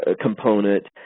component